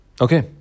okay